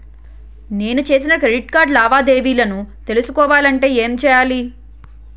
నేను చేసిన credit card లావాదేవీలను తెలుసుకోవాలంటే ఏం చేయాలి?